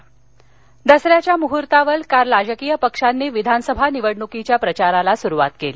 प्रचार दसऱ्याच्या मुहुर्तावर काल राजकीय पक्षांनी विधानसभा निवडणुकीच्या प्रचाराला सुरुवात केली